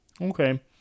Okay